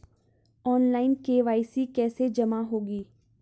Online KYC कैसे जमा होगी?